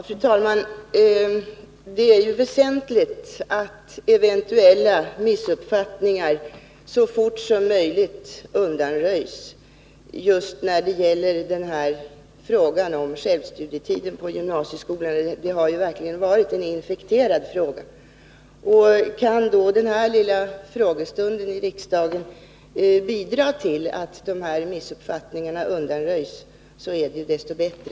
Fru talman! Det är ju väsentligt att eventuella missuppfattningar så fort som möjligt undanröjs. Frågan om självstudietiden på gymnasieskolorna har verkligen varit infekterad. Kan då denna lilla frågestund i riksdagen bidra till att de missuppfattningar som förekommit undanröjs, är det desto bättre.